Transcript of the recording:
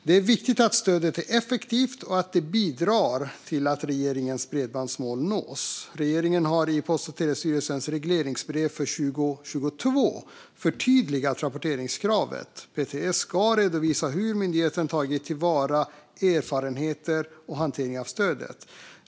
Det är viktigt att stödet är effektivt och att det bidrar till att regeringens bredbandsmål nås. Regeringen har i PTS regleringsbrev för 2022 förtydligat rapporteringskravet. PTS ska redovisa hur myndigheten tagit till vara erfarenheter av hantering av stödet.